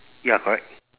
ya correct